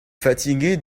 fatigué